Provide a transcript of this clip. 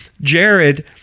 Jared